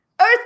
Earth